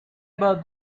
about